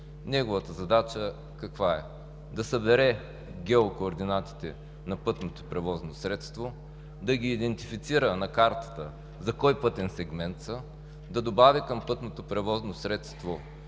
Неговата задача каква е? Да събере геокоординатите на пътното превозно средство; да ги идентифицира на картата за кой пътен сегмент са; да добави към пътното превозно средство